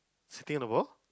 sitting on the ball